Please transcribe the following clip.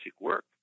work